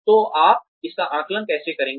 तो आप इसका आकलन कैसे करेंगे